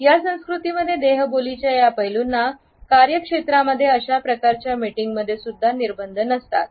या संस्कृतीमध्ये देहबोलीच्या या पैलूंना कार्यक्षेत्रामध्ये अशा प्रकारच्या मीटिंगमध्ये सुद्धा निर्बंध नसतात